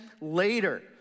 later